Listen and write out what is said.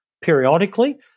periodically